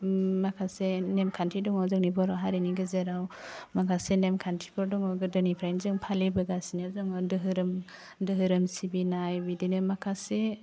उम माखासे नेमखान्थि दङ जोंनि बर' हारिनि गेजेराव माखासे नेमखान्थिफोर दङ गोदोनिफ्रायनो जों फालिबोगासिनो जोङो दोहोरोम दोहोरोम सिबिनाय बिदिनो माखासे